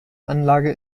anlage